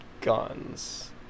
guns